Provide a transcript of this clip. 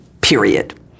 period